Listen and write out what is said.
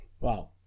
Wow